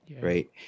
right